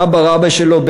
סבא רבא שלו,